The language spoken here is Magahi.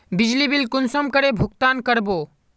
बिजली बिल कुंसम करे भुगतान कर बो?